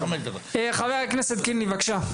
חבר הכנסת קינלי בבקשה.